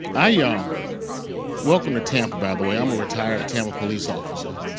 i, um welcome to tampa, by the way. i'm a retired tampa police officer.